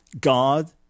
God